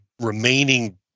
remaining